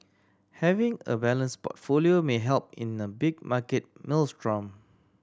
having a balanced portfolio may help in a big market maelstrom